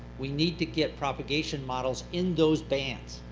we need to get propagation models in those bands.